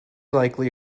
likely